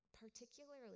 particularly